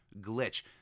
Glitch